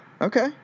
okay